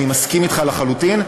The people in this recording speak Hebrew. אני מסכים אתך לחלוטין,